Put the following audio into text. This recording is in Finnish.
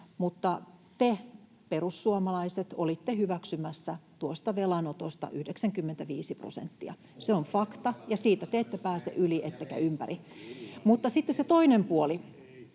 Mutta te, perussuomalaiset, olitte hyväksymässä tuosta velanotosta 95 prosenttia. Se on fakta, ja siitä te ette pääse yli ettekä ympäri. Mutta sitten on se toinen puoli.